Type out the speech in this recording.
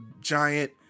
giant